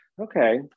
okay